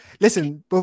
listen